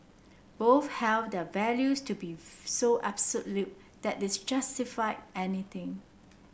both held their values to be so absolute that it justified anything